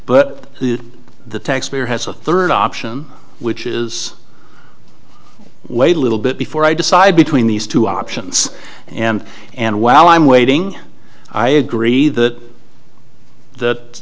the the taxpayer has a third option which is a little bit before i decide between these two options and and while i'm waiting i agree that that